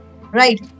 right